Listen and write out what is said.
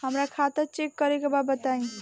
हमरा खाता चेक करे के बा बताई?